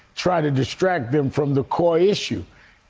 try to distract them from the core issue,